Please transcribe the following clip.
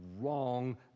wrong